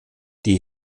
die